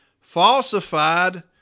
falsified